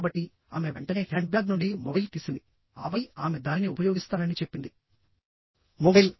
కాబట్టి ఆమె వెంటనే హ్యాండ్బ్యాగ్ నుండి మొబైల్ తీసింది ఆపై ఆమె దానిని ఉపయోగిస్తానని చెప్పింది మొబైల్